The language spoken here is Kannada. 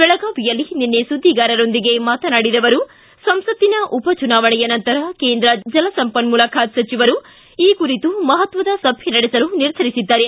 ಬೆಳಗಾವಿಯಲ್ಲಿ ನಿನ್ನೆ ಸುದ್ದಿಗಾರರೊಂದಿಗೆ ಮಾತನಾಡಿದ ಅವರು ಸಂಸತ್ತಿನ ಉಪ ಚುನಾವಣೆಯ ನಂತರ ಕೇಂದ್ರ ಜಲ ಸಂಪನ್ಮೂಲ ಖಾತೆ ಸಚಿವರು ಈ ಕುರಿತು ಮಹತ್ವದ ಸಭೆ ನಡೆಸಲು ನಿರ್ಧರಿಸಿದ್ದಾರೆ